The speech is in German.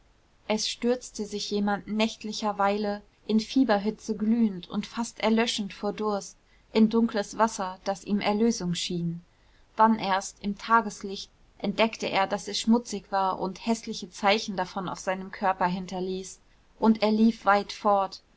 es stürzte sich jemand nächtlicherweile in fieberhitze glühend und fast erlöschend vor durst in dunkles wasser das ihm erlösung schien dann erst im tageslicht entdeckte er daß es schmutzig war und häßliche zeichen davon auf seinem körper hinterließ und er lief weit fort